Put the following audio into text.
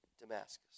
Damascus